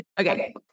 Okay